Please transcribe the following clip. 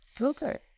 Okay